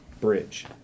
Bridge